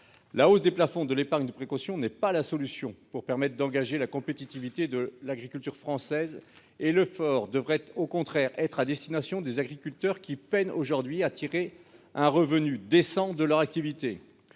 La hausse des plafonds de l'épargne de précaution n'est pas la solution qui permettra d'encourager la compétitivité de l'agriculture française. L'effort devrait au contraire être à destination des agriculteurs qui peinent aujourd'hui à tirer un revenu décent de leur activité.